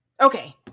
Okay